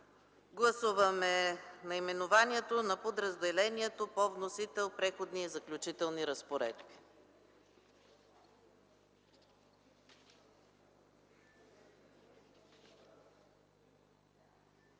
Гласуваме наименованието на подразделението по вносител – „Преходни и заключителни разпоредби”.